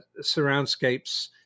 Surroundscapes